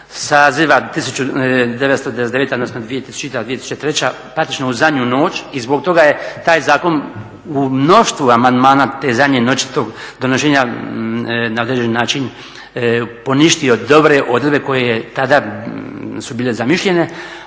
saziva 1999., odnosno 2000. do 2003., praktično u zadnju noć i zbog toga je taj zakon u mnoštvu amandmana te zadnje noći, donošenja na određeni način poništio dobre … koje tada su bile zamišljene,